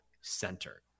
center